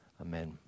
Amen